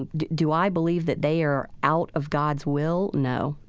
and do i believe that they are out of god's will? no,